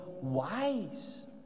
wise